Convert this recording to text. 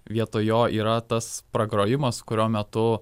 vietoj jo yra tas pagrojimas kurio metu